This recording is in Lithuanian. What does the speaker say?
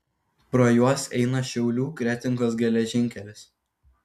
pro juos eina šiaulių kretingos geležinkelis